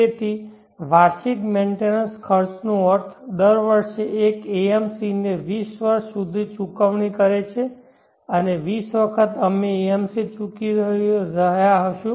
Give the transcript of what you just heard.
તેથી વાર્ષિક મેન્ટેનન્સ ખર્ચનો અર્થ દર વર્ષે એક AMC ને 20 વર્ષ સુધી ચૂકવણી કરે છે 20 વખત અમે AMC ચૂકવી રહ્યા હશુ